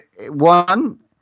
one